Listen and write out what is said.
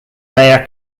mayor